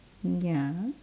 mm ya